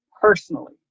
Personally